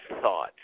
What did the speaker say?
thought